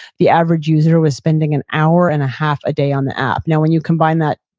the average user was spending an hour and a half a day on the app. now, when you combine that,